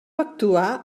actuar